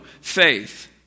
faith